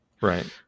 right